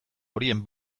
horien